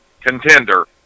contender